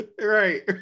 right